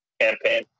campaign